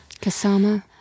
Kasama